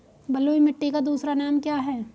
बलुई मिट्टी का दूसरा नाम क्या है?